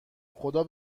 خدا